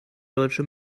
deutsche